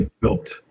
built